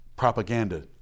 Propaganda